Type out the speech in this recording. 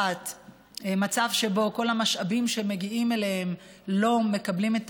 במצב שבו הם לא מקבלים את